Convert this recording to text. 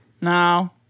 No